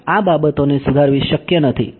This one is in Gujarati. ત્યાં આ બાબતોને સુધારવી શક્ય નથી